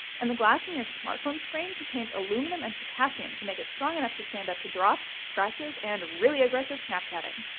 and the glass in your smartphone screen contains aluminum and potassium to make it strong enough to stand up to drops, scratches, and really aggressive snapchatting.